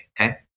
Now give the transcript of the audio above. okay